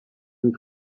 and